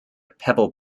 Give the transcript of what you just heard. pebble